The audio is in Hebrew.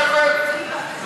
הצבעות.